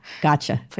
Gotcha